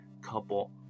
couple